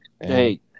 Hey